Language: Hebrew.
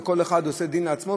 וכל אחד עושה דין לעצמו,